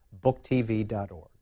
booktv.org